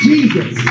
Jesus